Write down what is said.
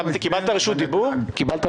קיבלת רשות דיבור?